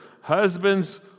Husbands